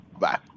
Bye